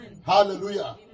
Hallelujah